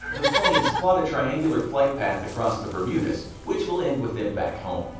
the planes plot a triangular flight path across the bermudas which will end with them back home.